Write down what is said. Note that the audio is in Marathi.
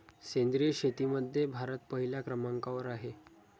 सेंद्रिय शेतीमध्ये भारत पहिल्या क्रमांकावर आहे